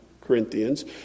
Corinthians